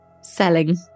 selling